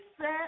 set